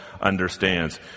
understands